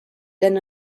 than